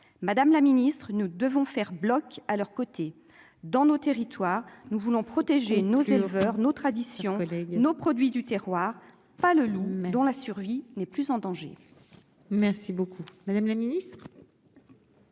Madame la Ministre, nous devons faire bloc à leurs côtés dans nos territoires, nous voulons protéger nos éleveurs nos traditions les nos produits du terroir, pas le loup dont la survie n'est plus en danger. Merci beaucoup, madame la ministre.